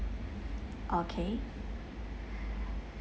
okay